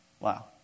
Wow